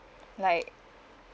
like